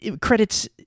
Credits